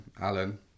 Alan